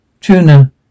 tuna